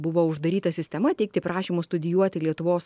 buvo uždaryta sistema teikti prašymus studijuoti lietuvos